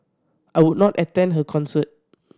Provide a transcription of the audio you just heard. I would not attend her concert